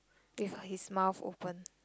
ya his mouth open